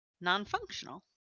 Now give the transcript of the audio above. non-functional